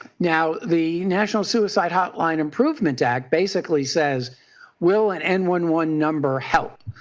now the national suicide hotline improvement act basically says will an n one one number help.